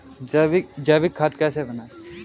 जैविक खाद कैसे बनाएँ?